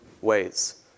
ways